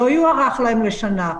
לא יוארך להם לשנה.